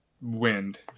wind